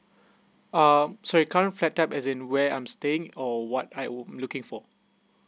um sorry current flat type as in where I'm staying or what I am looking for